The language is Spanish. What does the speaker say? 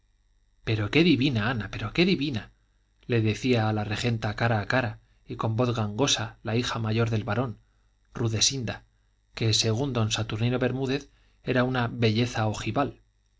pero qué divina ana pero qué divina le decía a la regenta cara a cara y con voz gangosa la hija mayor del barón rudesinda que según don saturnino bermúdez era una belleza ojival